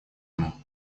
ему